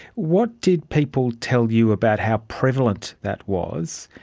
what did people tell you about how prevalent that was,